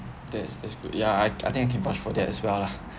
that's that's good yeah I I think I can vouch for that as well lah